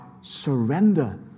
surrender